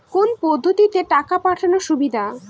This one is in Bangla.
কোন পদ্ধতিতে টাকা পাঠানো সুবিধা?